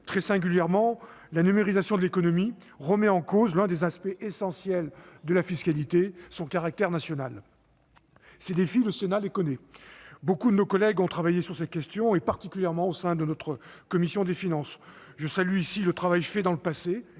de lever l'impôt, remettant ainsi en cause l'un des aspects essentiels de la fiscalité : son caractère national. Ces défis, le Sénat les connaît. Beaucoup de nos collègues ont travaillé sur ces questions, particulièrement au sein de notre commission des finances. Je salue ici le travail fait dans le passé